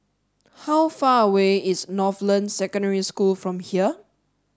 how far away is Northland Secondary School from here